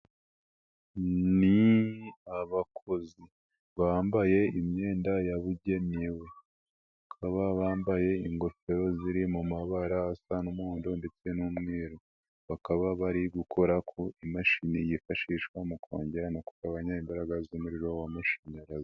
Ni abakozi bambaye imyenda yabugenewe bakaba bambaye ingofero ziri mu mabara asa n'umuhondo ndetse n'umweru, bakaba bari gukora ku imashini yifashishwa mu kongera no kugabanya imbaraga z'umuriro w'amashanyarazi.